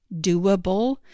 doable